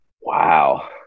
Wow